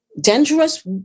dangerous